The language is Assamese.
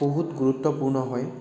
বহুত গুৰুত্বপূৰ্ণ হয়